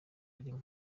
ari